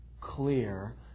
clear